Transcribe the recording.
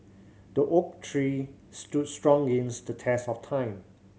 the oak tree stood strong against the test of time